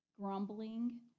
grumbling